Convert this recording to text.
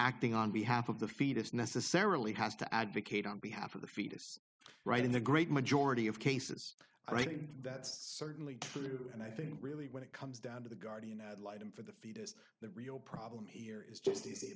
acting on behalf of the fetus necessarily has to advocate on behalf of the fetus right in the great majority of cases i think that's certainly true and i think really when it comes down to the guardian ad litem for the fetus the real problem here is just